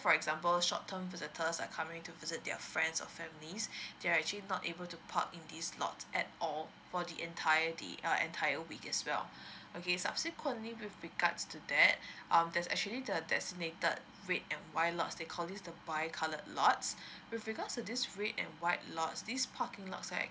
for example short term visitors are coming to visit their friends or families there are actually not able to park in these lot at all for the entire day uh entire week as well okay subsequently with regards to that um there's actually the designated red and white lots they call this the buy coloured lots with regards to this red and white lots these parking lots are